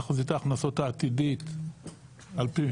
תחזית ההכנסות העתידית על פי